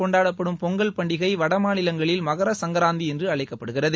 கொண்டாடப்படும் பொங்கல் பண்டிகை வடமாநிலங்களில் மகர சக்கராந்தி என்று தமிழகத்தில் அழைக்கப்படுகிறது